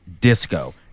disco